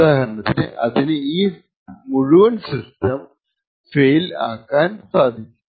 ഉദാഹരണത്തിന് അതിന് ഈ മുഴുവൻ സിസ്റ്റം ഫെയിൽ ആക്കാൻ വരെ സാധിക്കും